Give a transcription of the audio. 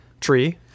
tree